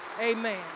amen